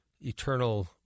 eternal